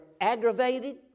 aggravated